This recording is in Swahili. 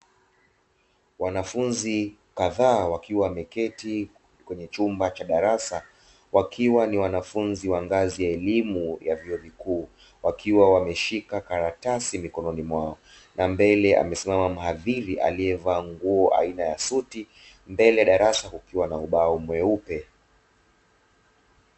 Wanafunzi kadhaa wakiwa wameketi kwenye chumba cha darasa, wakiwa ni wanafunzi wa ngazi ya elimu ya vyuo vikuu, wakiwa wameshika karatasi mikononi mwao na mbele amesimama mhadhiri aliyevaa nguo aina ya suti, mbele ya darasa kukiwa na ubao mweupe.